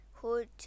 hood